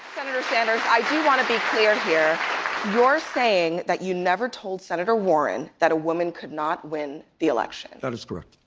senator sanders, i do want to be clear here your saying that you never told senator warren that a woman could not win the election. that is true.